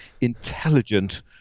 intelligent